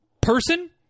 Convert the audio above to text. person